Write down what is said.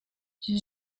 you